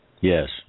Yes